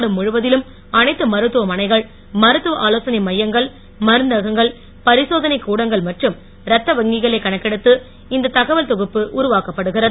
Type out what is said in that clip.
நாடு முழுவதிலும் அனைத்து மருத்துவமனைகள் மருத்துவ ஆலோசனை மையங்கள் மருந்தகங்கள் பரிசோதனை கூடங்கள் மற்றும் இரத்த வங்கிகளை கணக்கெடுத்து இந்த தகவல் தொகுப்பு உருவாக்கப்படுகிறது